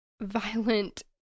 violent